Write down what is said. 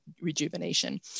rejuvenation